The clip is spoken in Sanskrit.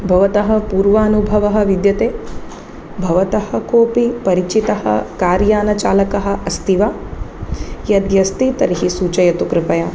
भवतः पूर्वानुभवः विद्यते भवतः कोऽपि परिचितः कार्यानचालकः अस्ति वा यद्यस्ति तर्हि सूचयतु कृपया